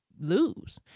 lose